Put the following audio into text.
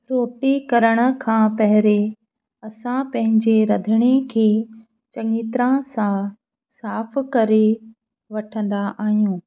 रोटी करण खां पहिरियों असां पंहिंजे रंधिणे खे चङी तरह सां साफ़ करे वठंदा आहियूं